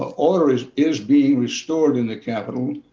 order is is being restored in the capitol.